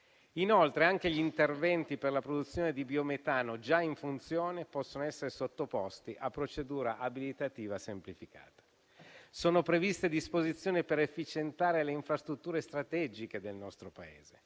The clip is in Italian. Inoltre, anche gli interventi per la produzione di biometano già in funzione possono essere sottoposti a procedura abilitativa semplificata. Sono previste disposizioni per efficientare le infrastrutture strategiche del nostro Paese,